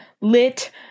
lit